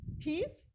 teeth